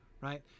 Right